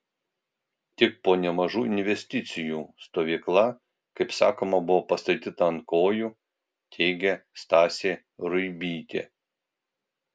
tik po nemažų investicijų stovykla kaip sakoma buvo pastatyta ant kojų teigė stasė ruibytė